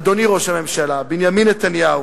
אדוני ראש הממשלה בנימין נתניהו,